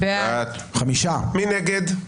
מי נגד?